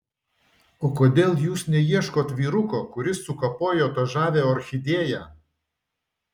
o kodėl jūs neieškot vyruko kuris sukapojo tą žavią orchidėją